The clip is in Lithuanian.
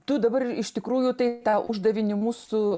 tu dabar iš tikrųjų tai tą uždavinį mūsų